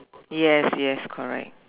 yes yes correct